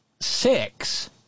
six